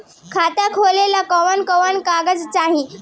खाता खोलेला कवन कवन कागज चाहीं?